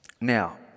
Now